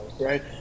right